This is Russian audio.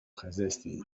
хозяйстве